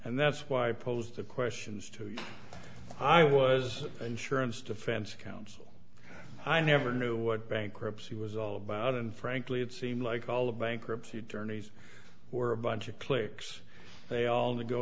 and that's why i posed the questions to you i was insurance defense counsel i never knew what bankruptcy was all about and frankly it seemed like all the bankruptcy attorneys were a bunch of cliques they all go